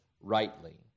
rightly